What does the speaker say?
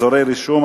(אזורי רישום),